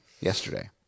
yesterday